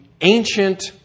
ancient